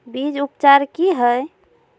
बीज उपचार कि हैय?